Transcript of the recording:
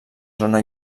zona